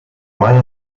mai